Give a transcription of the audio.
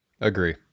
Agree